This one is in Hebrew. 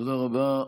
תודה רבה.